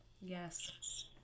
Yes